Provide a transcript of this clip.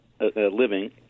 living